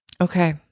Okay